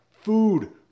Food